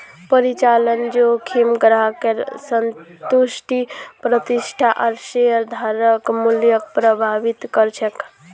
परिचालन जोखिम ग्राहकेर संतुष्टि प्रतिष्ठा आर शेयरधारक मूल्यक प्रभावित कर छेक